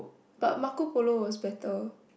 but Marco Polo was better